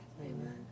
Amen